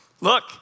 look